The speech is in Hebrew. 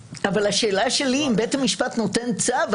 השאלה שלי היא אם בית המשפט נותן צו,